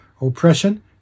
oppression